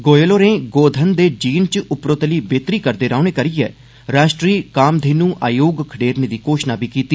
गोयल होरें गोधन दे जीन च उपरोतली बेहतरी करदे रौहने करिये रॉश्ट्री कमाधेनु आयोग खडेरने दी घोशणा बी कीती